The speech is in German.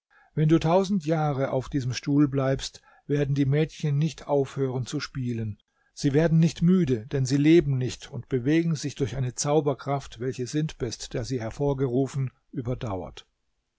wenn du tausend jahre auf diesem stuhl bleibst werden die mädchen nicht aufhören zu spielen sie werden nicht müde denn sie leben nicht und bewegen sich durch eine zauberkraft welche sintbest der sie hervorgerufen überdauert